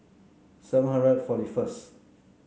seven hundred forty first